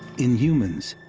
in humans,